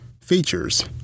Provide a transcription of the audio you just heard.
Features